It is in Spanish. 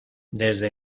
desde